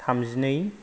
थामजिनै